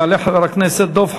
יעלה חבר הכנסת דב חנין.